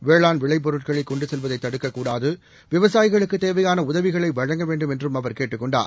வேளாண் விளை பொருட்கள் கொண்டு செல்வதை தடுக்கக்கூடாது விவசாயிகளுக்கு தேவையான உதவிகளை வழங்க வேண்டும் என்றும் அவர் கேட்டுக் கொண்டார்